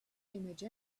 image